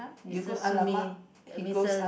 Mister Sumi Missus